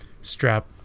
strap